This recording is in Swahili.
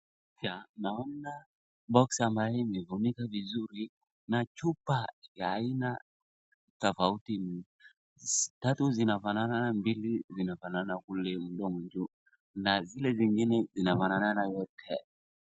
Naona boksi ambayo imefunikwa vizuri na chupa ya aina tofauti, tatu zinafanana, mbili zinafanana kule mdomo juu na zile zingine zinafanana yote.